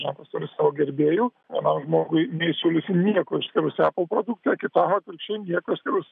ženklas turi savo gerbėjų vienam žmogui neįsiūlysi nieko išskyrus apple produktą kitam atvirkščiai nieko išskyrus